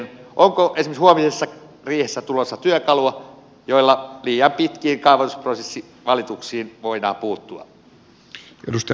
onko esimerkiksi huomisessa riihessä tulossa työkalua jolla liian pitkiin kaavoitusprosessivalituksiin voidaan puuttua